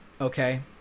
okay